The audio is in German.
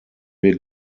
wir